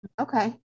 Okay